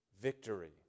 victory